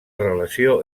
relació